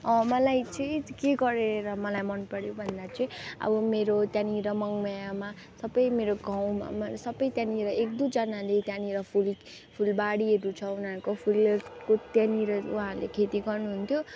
मलाई चाहिँ के गरेर मलाई मनपऱ्यो भन्दा चाहिँ अब मेरो त्यहाँनिर मङमायामा सबै मेरो गाउँमा सबै त्यहाँनिर एक दुईजनाले त्यहाँनिर फुल फुलबारीहरू छ उनीहरूको फुलहरूको त्यहाँनिर उहाँहरूले खेती गर्नु हुन्थ्यो